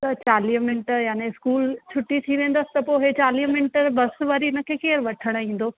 चालीह मिन्ट याने स्कूल छुटी थी वेंदसि त पोइ हे चालीह मिन्ट बस वरी हिनखे केरु वठणु ईंदो